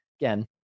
Again